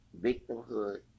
victimhood